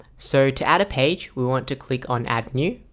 so to add a page we want to click on add new